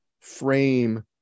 frame